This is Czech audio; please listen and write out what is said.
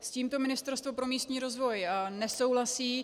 S tímto Ministerstvo pro místní rozvoj nesouhlasí.